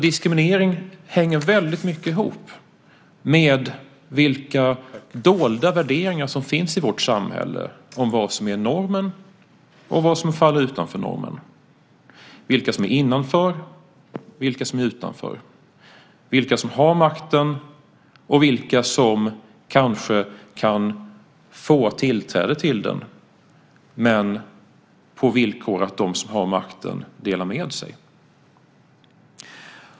Diskriminering hänger väldigt mycket ihop med vilka dolda värderingar som finns i vårt samhälle, om vad som är normen och vad som faller utanför normen, vilka som är innanför och vilka som är utanför, vilka som har makten och vilka som kanske kan få tillträde till den men på villkor att de som har makten delar med sig.